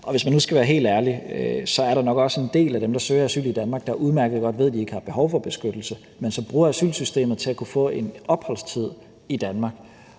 Hvis man nu skal være helt ærlig, er der nok også en del af dem, der søger asyl i Danmark, der udmærket godt ved, at de ikke har behov for beskyttelse, men som bruger asylsystemet til at kunne få en opholdstid i Danmark.